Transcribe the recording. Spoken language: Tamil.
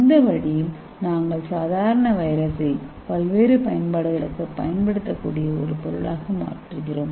இந்த வழியில் நாங்கள் சாதாரண வைரஸை பல்வேறு பயன்பாடுகளுக்குப் பயன்படுத்தக்கூடிய ஒரு பொருளாக மாற்றுகிறோம்